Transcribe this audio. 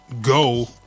go